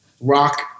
rock